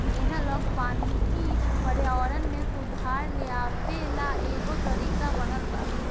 analogue वानिकी पर्यावरण में सुधार लेआवे ला एगो तरीका बनल बा